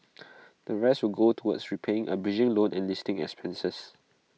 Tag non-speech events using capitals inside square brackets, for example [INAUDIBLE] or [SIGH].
[NOISE] the rest will go towards repaying A bridging loan and listing expenses